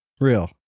Real